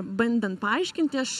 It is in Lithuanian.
bandant paaiškinti aš